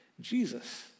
Jesus